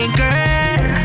girl